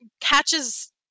catches